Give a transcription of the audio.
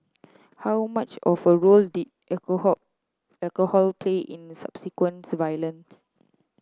how much of a role did alcohol alcohol play in the subsequent violent